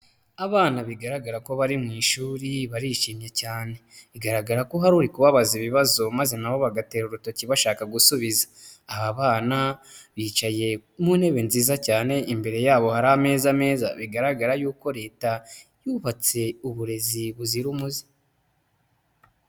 Abana bigaragara ko bari mu ishuri barishimye cyane, bigaragara ko hari uri kubabaza ibibazo maze nabo bagatera urutoki bashaka gusubiza. Aba bana bicaye mu ntebe nziza cyane, imbere yabo hari ameza meza bigaragara yuko leta yubatse uburezi buzira umuze.